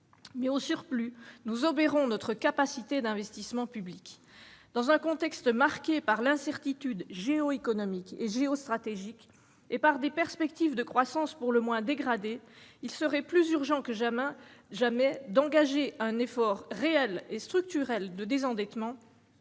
mais, au surplus, nous obérons notre capacité d'investissement public. Dans un contexte marqué par l'incertitude géoéconomique et géostratégique et par des perspectives de croissance pour le moins dégradées, il est urgent d'engager un réel effort structurel de désendettement,